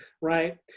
Right